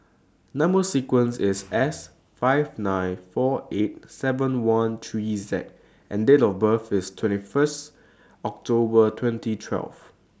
Number sequence IS S five nine four eight seven one three Z and Date of birth IS twenty First October twenty twelve